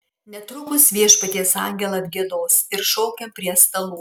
netrukus viešpaties angelą atgiedos ir šaukiam prie stalų